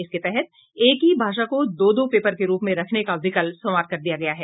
इसके तहत एक ही भाषा को दो दो पेपर के रूप में रखने का विकल्प समाप्त कर दिया गया है